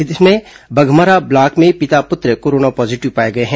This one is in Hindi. इनमें बधमरा ब्लॉक में पिता पुत्र कोरोना पॉजीटिव पाए गए हैं